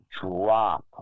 drop